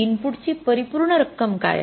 इनपुटची परिपूर्ण रक्कम काय आहे